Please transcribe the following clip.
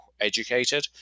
educated